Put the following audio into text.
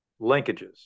linkages